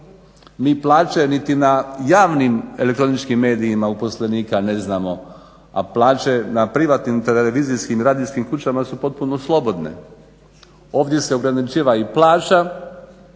Mi plaće niti na javnim elektroničkim medijima uposlenika ne znamo, a plaće na privatnim, televizijskim, radijskim kućama su potpuno slobodne. Ovdje se ograničava plaća,